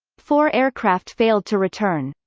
four aircraft failed to return.